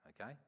okay